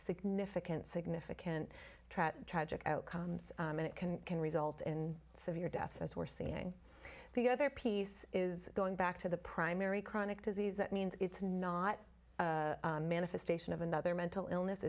significant significant tragic outcomes and it can can result in severe deaths as we're seeing the other piece is going back to the primary chronic disease that means it's not manifestation of another mental illness